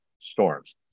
storms